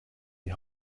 die